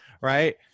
right